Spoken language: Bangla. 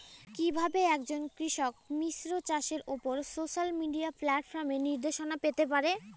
কিভাবে একজন কৃষক মিশ্র চাষের উপর সোশ্যাল মিডিয়া প্ল্যাটফর্মে নির্দেশনা পেতে পারে?